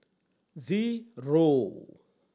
zero